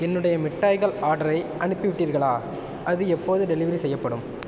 என்னுடைய மிட்டாய்கள் ஆர்டரை அனுப்பிவிட்டீர்களா அது எப்போது டெலிவரி செய்யப்படும்